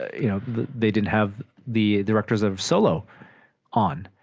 you know they didn't have the directors of solo on